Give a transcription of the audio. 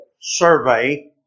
survey